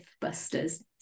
busters